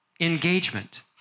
engagement